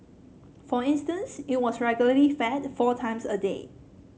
for instance it was regularly fed four times a day